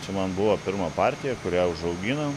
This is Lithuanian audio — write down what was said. čia man buvo pirma partija kurią užauginom